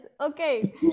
Okay